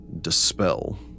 dispel